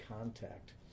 contact